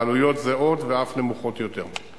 בעלויות זהות ואף נמוכות יותר.